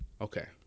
Okay